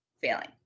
failing